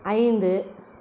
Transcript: ஐந்து